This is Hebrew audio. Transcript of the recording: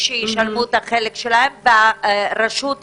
שישלמו את החלק שלהם, והרשות כיסתה.